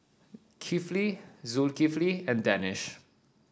Kifli Zulkifli and Danish